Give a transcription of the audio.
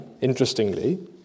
interestingly